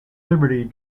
liberty